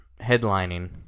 headlining